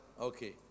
Okay